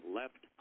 left